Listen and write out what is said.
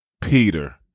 peter